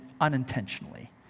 unintentionally